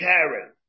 Karen